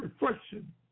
reflection